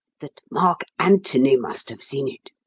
that mark antony must have seen it,